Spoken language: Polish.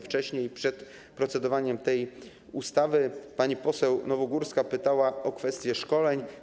Wcześniej przed procedowaniem nad tą ustawą pani poseł Nowogórska pytała o kwestie szkoleń.